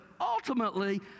ultimately